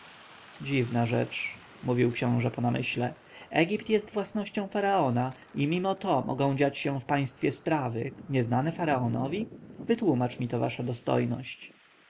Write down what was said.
dziwna rzecz mówił książę po namyśle egipt jest własnością faraona i mimo to mogą dziać się w państwie sprawy nieznane faraonowi wytłomacz mi to wasza dostojność